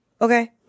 okay